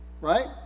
Right